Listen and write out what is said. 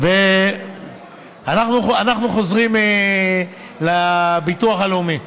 אנחנו חוזרים לביטוח הלאומי.